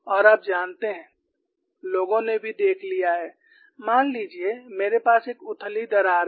और आप जानते हैं लोगों ने भी देख लिया है मान लीजिए मेरे पास एक उथली दरार है